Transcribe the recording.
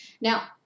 Now